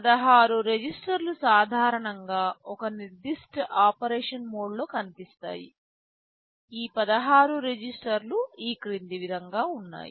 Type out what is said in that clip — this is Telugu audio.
16 రిజిస్టర్లు సాధారణంగా ఒక నిర్దిష్ట ఆపరేషన్ మోడ్ లో కనిపిస్తాయి ఈ 16 రిజిస్టర్లు ఈ క్రింది విధంగా ఉన్నాయి